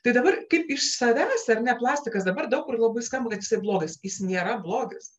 tai dabar kaip iš savęs ar ne plastikas dabar daug kur labai skamba kad jisai blogas jis nėra blogas